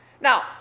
Now